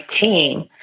team